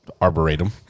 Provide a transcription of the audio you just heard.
Arboretum